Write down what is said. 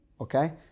okay